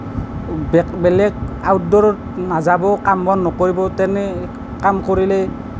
বে বেলেগ আউটডোৰত নাযাব কাম বন নকৰিব তেনে কাম কৰিলে